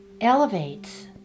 elevates